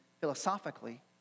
philosophically